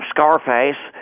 Scarface